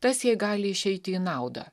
tas jai gali išeiti į naudą